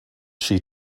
she